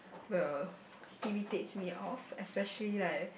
well irritates me off especially like